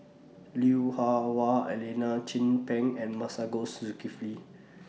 Lui Hah Wah Elena Chin Peng and Masagos Zulkifli